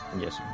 Yes